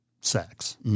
sex